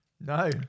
no